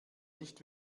nicht